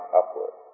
upward